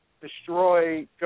destroy